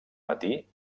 matí